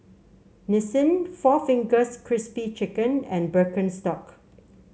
Nissin Four Fingers Crispy Chicken and Birkenstock